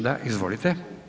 Da, izvolite.